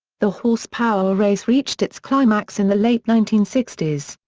the horsepower race reached its climax in the late nineteen sixty s,